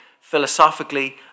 philosophically